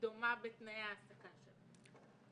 דומה בתנאי ההעסקה שלה,